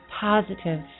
positive